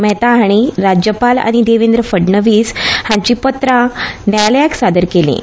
मेहता हांणी राज्यपाल आनी देंवेंद्र फड़णवीस हांची पत्रां न्यायालयाक सादर केलीं